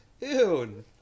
ew